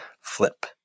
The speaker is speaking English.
Flip